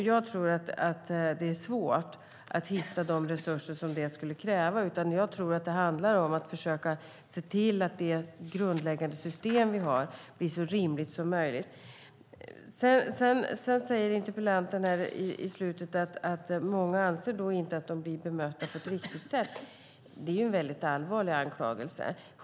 Jag tror att det är svårt att hitta de resurser detta skulle kräva. Jag tror i stället att det handlar om att försöka se till att det grundläggande system vi har blir så rimligt som möjligt. Sedan säger interpellanten i slutet att många inte anser att de blir bemötta på ett riktigt sätt. Det är en väldigt allvarlig anklagelse.